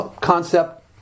concept